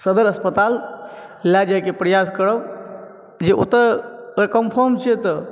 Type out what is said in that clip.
सदर अस्पताल लए जैृाइके प्रयास करब जे ओतऽ कन्फर्म छी ओतऽ